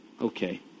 okay